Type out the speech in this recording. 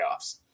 playoffs